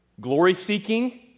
glory-seeking